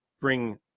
bring